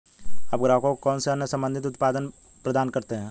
आप ग्राहकों को कौन से अन्य संबंधित उत्पाद प्रदान करते हैं?